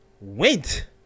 went